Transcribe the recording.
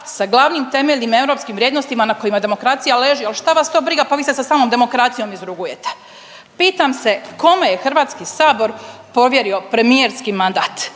sa glavnim temeljnim i europskim vrijednostima na kojima demokracija leži, al šta vas to briga pa vi se sa samom demokracijom izrugujete. Pitam se, kome je Hrvatski sabor povjerio premijerski mandat